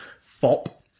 fop